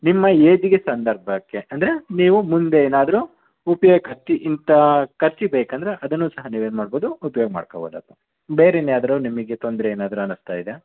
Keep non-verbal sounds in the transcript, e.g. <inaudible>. ನಿಮ್ಮ ಏಜಿಗೆ ಸಂದರ್ಭಕ್ಕೆ ಅಂದರೆ ನೀವು ಮುಂದೆ ಏನಾದರೂ <unintelligible> ಇಂಥ ಖರ್ಚಿಗೆ ಬೇಕಂದರೆ ಅದನ್ನೂ ಸಹ ನೀವು ಏನು ಮಾಡ್ಬೋದು ಉಪ್ಯೋಗ ಮಾಡ್ಕೊಬೋದಪ್ಪ ಬೇರೆ ಇನ್ನು ಯಾವ್ದಾರೂ ನಿಮಗೆ ತೊಂದರೆ ಏನಾದರೂ ಅನ್ನಿಸ್ತಾ ಇದೆಯಾ